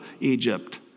Egypt